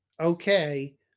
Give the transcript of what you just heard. okay